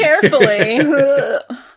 carefully